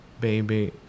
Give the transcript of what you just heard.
baby